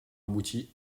abouti